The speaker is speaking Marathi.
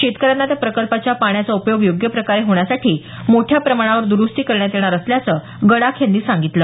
शेतकऱ्यांना त्या प्रकल्पाच्या पाण्याचा उपयोग योग्य प्रकारे होण्यासाठी मोठ्या प्रमाणावर दरुस्ती करण्यात येणार असल्याचं गडाख यांनी सांगितलं